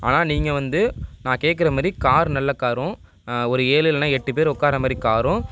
ஆனால் நீங்கள் வந்து நான் கேட்குறமாரி கார் நல்ல காரும் ஒரு ஏழு இல்லைனா எட்டு பேர் உட்கார்றமாரி காரும்